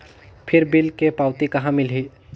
फिर बिल के पावती कहा मिलही?